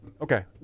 Okay